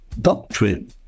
doctrine